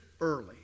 early